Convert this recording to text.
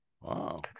Wow